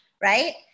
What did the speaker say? right